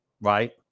right